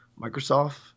Microsoft